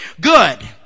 Good